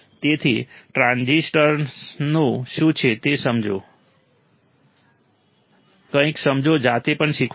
તેથી ટ્રાન્સરઝિસ્ટન્સ શું છે તે સમજો કંઈક સમજો જાતે પણ શીખવાનો પ્રયાસ કરો